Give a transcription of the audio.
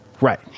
Right